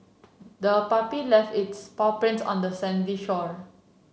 the puppy left its paw prints on the sandy shore